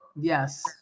Yes